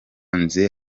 ngeze